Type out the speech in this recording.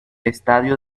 estadio